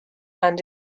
and